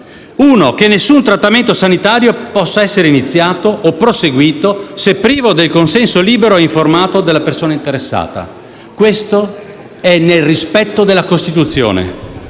luogo, che nessun trattamento sanitario possa essere iniziato o proseguito se privo del consenso libero e informato alla persona interessata; questo è nel rispetto della Costituzione.